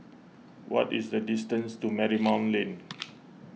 what is the distance to Marymount Lane